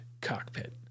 cockpit